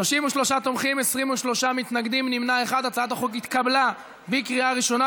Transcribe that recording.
התשע"ח 2018,